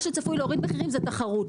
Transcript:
מה שצפוי להוריד מחירים זו תחרות.